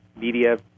media